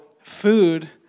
food